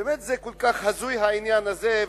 באמת, זה כל כך הזוי, העניין הזה.